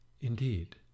Indeed